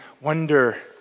wonder